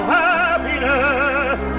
happiness